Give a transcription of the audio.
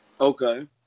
Okay